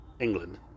England